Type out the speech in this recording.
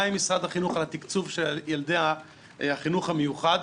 עם משרד החינוך על התקצוב של ילדי החינוך המיוחד.